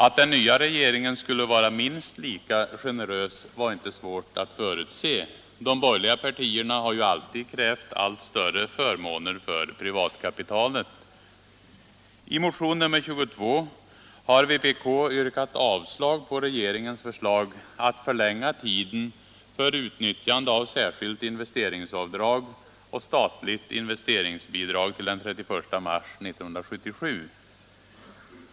Att den nya regeringen skulle vara minst lika generös var inte svårt att förutse. De borgerliga partierna har ju alltid krävt allt större förmåner för privatkapitalet. I motion nr 22 har vpk yrkat avslag på regeringens förslag att förlänga tiden för utnyttjande av särskilt investeringsbidrag och statligt investeringsbidrag till den 31 mars 1977.